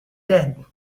dead